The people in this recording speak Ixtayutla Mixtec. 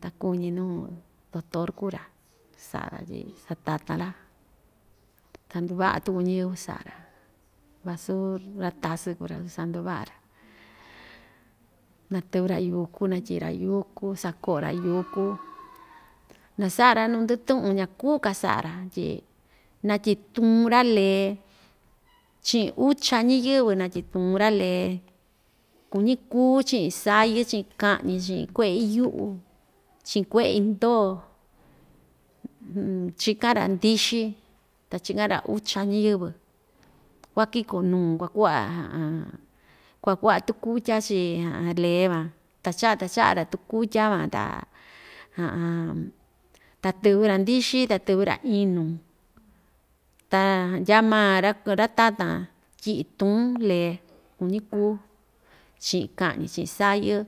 Ta kuu‑ñi nuu doctor kuu‑ra sa'a‑ra tyi satatan‑ra ta nduva'a tuku ñɨvɨ sa'a‑ra vasu ra‑tasɨɨ kuu‑ra su sanduva'a‑ra natɨvɨ‑ra yúku natyi'i‑ra yúku sako'o‑ra yúku nasa'a‑ra nuu ndɨ'ɨ tu'un ña‑kuu‑ka sa'a‑ra tyi ñatyi'i tuun‑ra lee chi'in ucha ñiyɨvɨ natyi'i tuun‑ra lee kuñi kuú chi'in sayɨ chi'in ka'ñi chi'in kue'e iyu'u chi'in kue'e indoo chikan‑ra ndixi ta chikan‑ra ucha ñiyɨvɨ kuakiko‑nuu kuaku'va kuaku'va tukútya chii lee van ta cha'a ta cha'a‑ra tukútya van ta ta tɨvɨ‑ra ndixi ta tɨvɨ‑ra inu ta ndyaa ma ra tatan tyi'i tuun lee kuñi‑kuu chi'in ka'ñi chi'in sayɨɨ